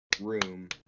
Room